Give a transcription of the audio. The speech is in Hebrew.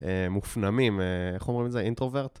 אה, מופנמים, אה... איך אומרים את זה? אינטרוברט?